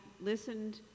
listened